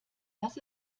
lass